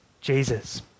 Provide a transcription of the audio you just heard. Jesus